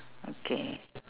okay